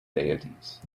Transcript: deities